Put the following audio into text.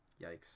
yikes